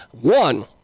one